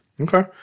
Okay